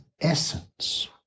essence